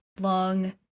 long